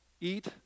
Eat